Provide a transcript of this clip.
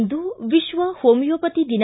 ಇಂದು ವಿಶ್ವ ಹೋಮಿಯೋಪತಿ ದಿನ